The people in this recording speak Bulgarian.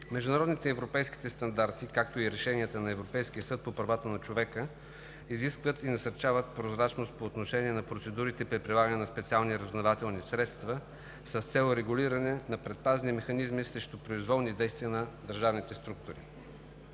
Международните и европейските стандарти, както и решенията на Европейския съд по правата на човека изискват и насърчават прозрачност по отношение на процедурите при прилагане на специални разузнавателни средства с цел регулиране на предпазни механизми срещу произволни действия на държавните структури.